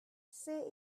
say